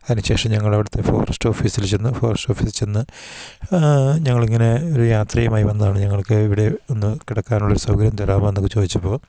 അതിന് ശേഷം ഞങ്ങളവിടുത്തെ ഫോറസ്റ്റ് ഓഫീസിൽ ചെന്ന് ഫോറസ്റ്റ് ഓഫീസിൽ ചെന്ന് ഞങ്ങളിങ്ങനെ ഒരു യാത്രയുമായി വന്നതാണ് ഞങ്ങൾക്ക് ഇവിടെ ഒന്ന് കിടക്കാനുള്ളൊരു സൗകര്യം തരാമോ എന്നൊക്കെ ചോദിച്ചപ്പോൾ